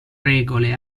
regole